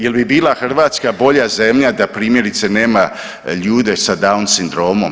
Je li bi bila Hrvatska bolja zemlja da, primjerice, nema ljude sa Down sindromom?